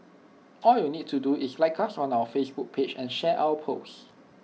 all you need to do is like us on our Facebook page and share our post